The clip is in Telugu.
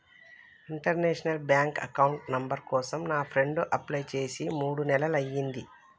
ఇంటర్నేషనల్ బ్యాంక్ అకౌంట్ నంబర్ కోసం నా ఫ్రెండు అప్లై చేసి మూడు నెలలయ్యింది